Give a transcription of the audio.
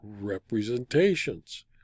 representations